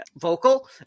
vocal